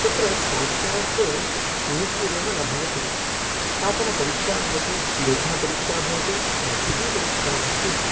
तत्र साक्षात् नियुक्तिरेव न भवति काचन परीक्षा भवति लेखनपरीक्षा भवति मौखिकीपरीक्षा भवति